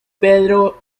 pedro